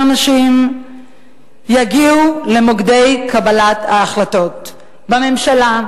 נשים יגיעו למוקדי קבלת ההחלטות בממשלה,